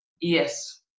Yes